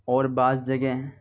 اور بعض جگہ